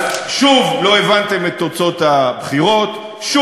אז, שוב לא הבנתם את תוצאות הבחירות, מה הקשר?